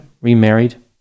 remarried